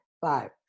five